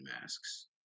masks